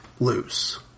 loose